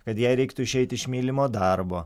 kad jai reiktų išeiti iš mylimo darbo